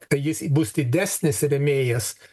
kai jis bus didesnis rėmėjas